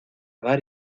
dar